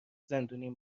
زندونیم